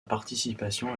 participation